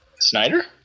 Snyder